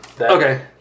Okay